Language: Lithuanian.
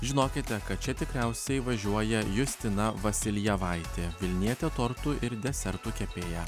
žinokite kad čia tikriausiai važiuoja justina vasiljevaitė vilnietė tortų ir desertų kepėja